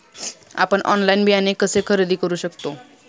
आपण ऑनलाइन बियाणे कसे खरेदी करू शकतो?